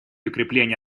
укрепление